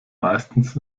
meistens